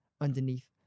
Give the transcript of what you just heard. underneath